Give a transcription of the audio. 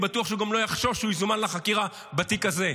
אני בטוח שהוא גם לא יחשוש שהוא יזומן לחקירה בתיק הזה,